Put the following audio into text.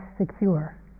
secure